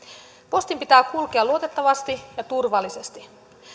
postin pitää kulkea luotettavasti ja turvallisesti